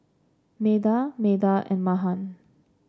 Medha Medha and Mahan